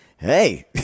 Hey